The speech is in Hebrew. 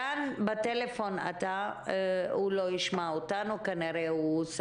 רן לא שומע אותנו כנראה.